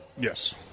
Yes